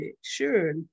sure